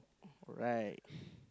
alright